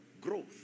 Growth